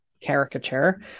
caricature